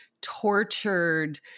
tortured